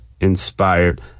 Inspired